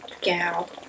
gal